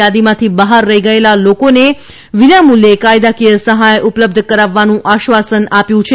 યાદીમાંથી બહાર રહી ગયેલા લોકોને મફત કાયદાકીય સહાયઉપલબ્ધ કરાવવાનું આશ્વાસન આપ્યું છે